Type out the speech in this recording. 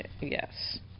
Yes